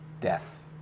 Death